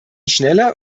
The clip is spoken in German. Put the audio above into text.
schneller